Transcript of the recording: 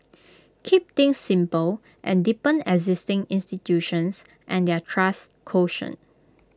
keep things simple and deepen existing institutions and their trust quotient